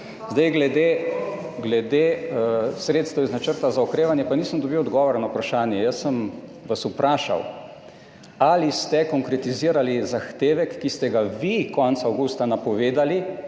Glede sredstev iz načrta za okrevanje nisem dobil odgovora na vprašanje. Jaz sem vas vprašal, ali ste konkretizirali zahtevek, ki ste ga vi konec avgusta napovedali